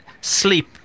sleep